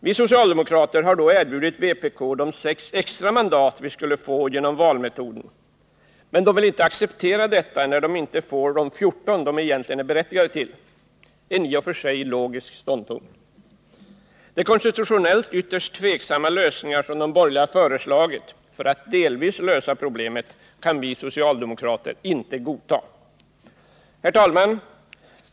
Vi socialdemokrater har då erbjudit vpk de sex extra mandat som vi skulle få genom valmetoden, men vpk vill inte acceptera detta när vpk inte får de 14 som vpk egentligen är berättigat till — en i och för sig logisk ståndpunkt. De konstitutionellt ytterst tvivelaktiga lösningar de borgerliga har föreslagit för att delvis lösa problemet kan vi socialdemokrater inte godta. Herr talman!